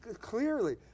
clearly